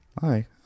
Hi